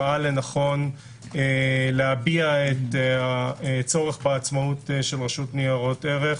ראה לנכון להביע את הצורך בעצמאות של רשות ניירות ערך.